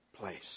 place